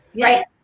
Right